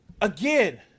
again